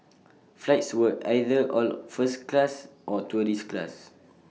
flights were either all first class or tourist class